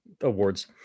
awards